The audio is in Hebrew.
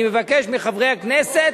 אני מבקש מחברי הכנסת,